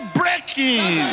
breaking